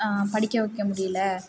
படிக்க வைக்க முடியல